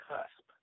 Cusp